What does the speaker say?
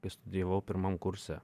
kai studijavau pirmam kurse